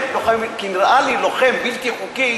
"לוחם" כי נראה לי ש"לוחם בלתי חוקי"